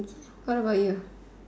what about you